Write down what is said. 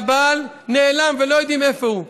והבעל נעלם ולא יודעים איפה הוא.